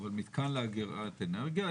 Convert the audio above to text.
אבל מתקן לאגירת אנרגיה,